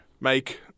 make